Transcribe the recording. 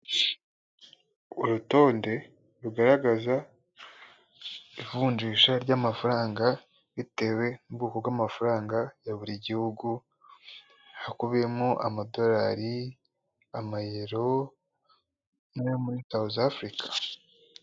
Urutonde rugaragaza ivunjisha ry'amafaranga bitewe n'ubwoko bw'amafaranga ya buri gihugu hakubiyemo amadolari amayero n'ayo muri South Africa.